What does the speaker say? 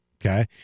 okay